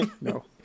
No